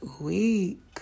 week